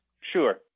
Sure